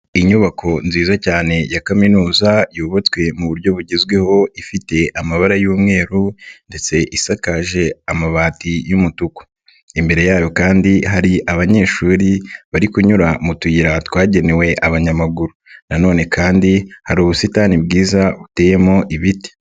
Inyubako nziza cyane ya kaminuza yubatswe mu buryo bugezweho ifite amabara y'umweru ndetse isakaje amabati y'umutuku, imbere yayo kandi hari abanyeshuri bari kunyura mu tuyira twagenewe abanyamaguru. Nanone kandi hari ubusitani bwiza buteyemo ibiti.